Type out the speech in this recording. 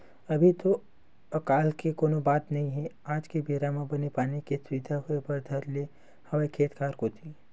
अभी तो अकाल के कोनो बात नई हे आज के बेरा म बने पानी के सुबिधा होय बर धर ले हवय खेत खार कोती